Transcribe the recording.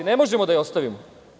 Ne možemo da je ostavimo.